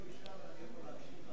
אבל אני יכול להקשיב,